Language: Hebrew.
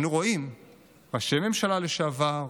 אנו רואים ראשי ממשלה לשעבר,